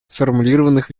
сформулированных